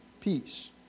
peace